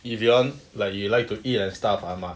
if you want like you like to eat and stuff ah mah